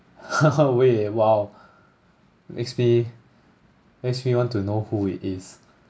wait !wow! makes me makes me want to know who it is